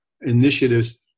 initiatives